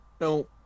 No